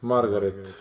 Margaret